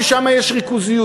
ששם יש ריכוזיות,